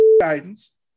guidance